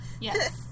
yes